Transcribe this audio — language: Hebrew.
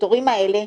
הכפתורים האלה,